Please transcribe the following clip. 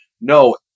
no